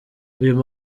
uyu